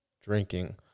drinking